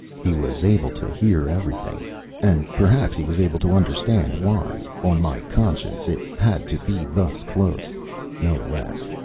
he was able to hear everything and perhaps he was able to understand why, on my conscience, it had to be thus close no less.